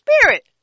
spirit